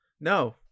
No